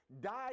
died